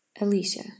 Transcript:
Alicia